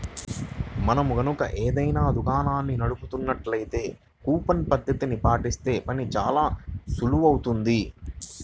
మనం గనక ఏదైనా దుకాణాన్ని నడుపుతున్నట్లయితే కూపన్ పద్ధతిని పాటిస్తే పని చానా సులువవుతుంది